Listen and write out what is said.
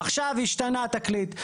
עכשיו, השתנה התקליט.